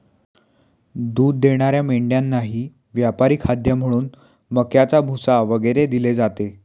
दूध देणाऱ्या मेंढ्यांनाही व्यापारी खाद्य म्हणून मक्याचा भुसा वगैरे दिले जाते